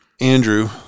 Andrew